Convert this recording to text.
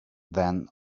then